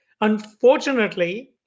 Unfortunately